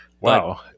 Wow